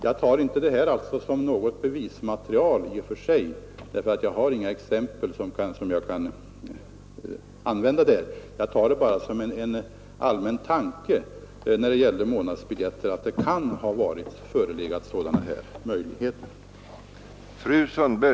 Jag tar inte detta som något bevismaterial i och för sig, därför att jag har inget exempel som jag kan anföra där. Jag redovisar det bara som en allmän tanke när det gäller månadsbiljetter, att det kan ha förelegat sådana här möjligheter.